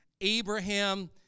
Abraham